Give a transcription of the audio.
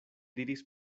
diris